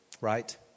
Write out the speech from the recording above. Right